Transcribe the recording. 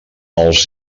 els